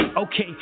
Okay